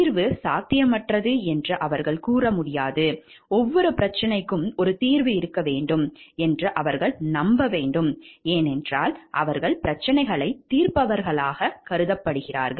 தீர்வு சாத்தியமற்றது என்று அவர்களால் கூற முடியாது ஒவ்வொரு பிரச்சனைக்கும் ஒரு தீர்வு இருக்க வேண்டும் என்று அவர்கள் நம்ப வேண்டும் ஏனென்றால் அவர்கள் பிரச்சினைகளைத் தீர்ப்பவர்களாக கருதப்படுகிறார்கள்